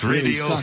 Radio